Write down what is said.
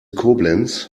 koblenz